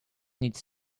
needs